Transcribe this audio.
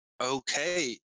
okay